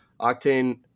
Octane